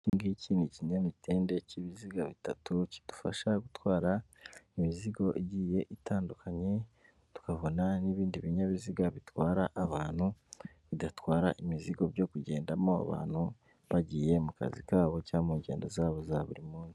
Iki ngiki ni ikinyamitende cy'ibiziga bitatu kidufasha gutwara imizigo igiye itandukanye tukabona n'ibindi binyabiziga bitwara abantu bidatwara imizigo byo kugendamo abantu bagiye mu kazi kabo cyangwa ngendo zabo za buri munsi.